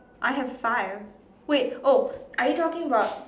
I have five wait oh are you talking about